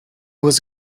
was